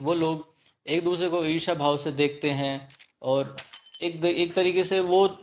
वो लोग एक दूसरे को ईर्ष्या भाव से देखते हैं और एक तरीके से वो